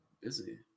busy